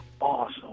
awesome